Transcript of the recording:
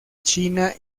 china